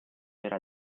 era